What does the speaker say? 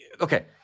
okay